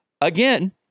again